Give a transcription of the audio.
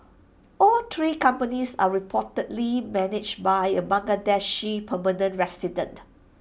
all three companies are reportedly managed by A Bangladeshi permanent resident